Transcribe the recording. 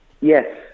Yes